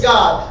God